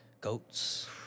Goats